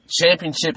championship